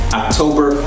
october